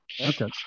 Okay